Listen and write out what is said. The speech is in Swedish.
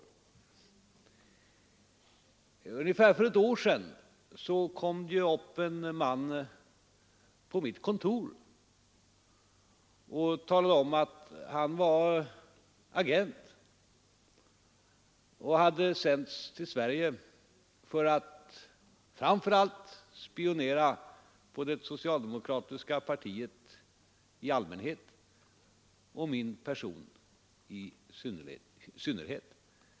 För ungefär ett år sedan kom det upp en man till mitt kontor och talade om att han var agent, som hade sänts till Sverige framför allt för att spionera på det socialdemokratiska partiet i allmänhet och min person i synnerhet.